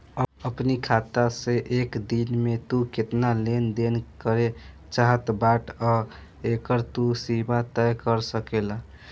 अपनी खाता से एक दिन में तू केतना लेन देन करे चाहत बाटअ एकर तू सीमा तय कर सकेला